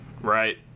Right